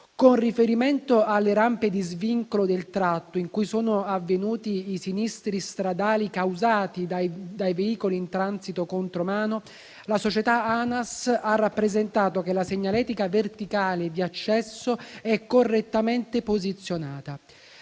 Con riferimento alle rampe di svincolo del tratto in cui sono avvenuti i sinistri stradali causati dai veicoli in transito contromano, la società ANAS ha rappresentato che la segnaletica verticale di accesso è correttamente posizionata.